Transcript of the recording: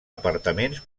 apartaments